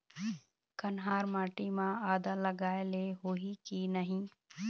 कन्हार माटी म आदा लगाए ले होही की नहीं?